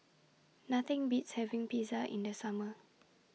Nothing Beats having Pizza in The Summer